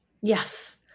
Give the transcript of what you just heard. Yes